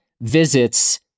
visits